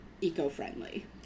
eco-friendly